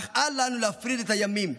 אך אל לנו להפריד את הימים,